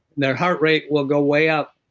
their heart rate will go way up.